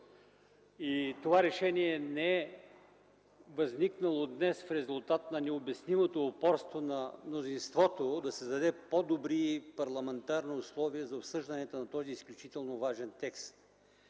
Това решение не е възникнало днес, в резултат на необяснимото упорство на мнозинството, да създаде по-добри парламентарни условия за обсъждането на този изключително важен текст.